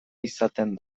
izaten